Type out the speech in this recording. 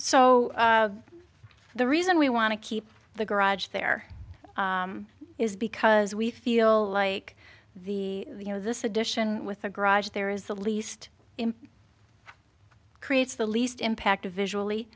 so the reason we want to keep the garage there is because we feel like the you know this edition with the garage there is the least creates the least impact visually